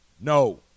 No